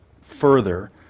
further